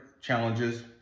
challenges